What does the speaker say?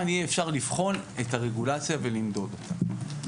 יהיה אפשר לבחון את הרגולציה ולמדוד אותה.